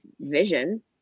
vision